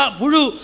buru